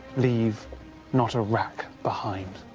leave not a rack behind.